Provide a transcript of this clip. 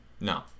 No